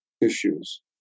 issues